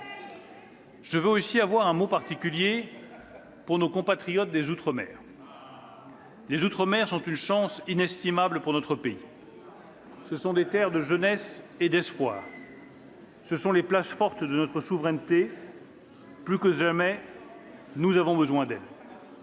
Je veux aussi avoir un mot particulier pour nos compatriotes des outre-mer. Les outre-mer sont une chance inestimable pour notre pays. Ce sont des terres de jeunesse et d'espoir, les places fortes de notre souveraineté : plus que jamais, nous avons besoin d'elles.